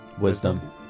wisdom